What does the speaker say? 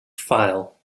file